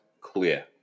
clear